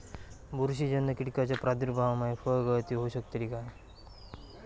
बुरशीजन्य कीटकाच्या प्रादुर्भावामूळे फळगळती होऊ शकतली काय?